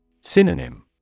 Synonym